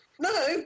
No